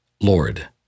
Lord